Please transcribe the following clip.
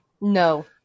No